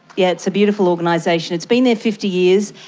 yeah it's a beautiful organisation. it's been there fifty years,